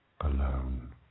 alone